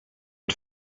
had